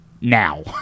Now